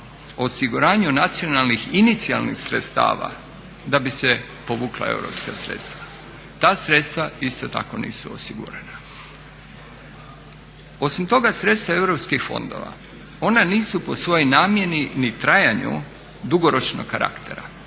osiguranju nacionalnih inicijalnih sredstava da bi se povukla europska sredstva. Ta sredstva isto tako nisu osigurana. Osim toga, sredstva europskih fondova ona nisu po svojoj namjeni ni trajanju dugoročnog karaktera